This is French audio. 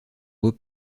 beau